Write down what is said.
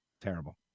Terrible